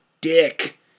dick